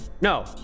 No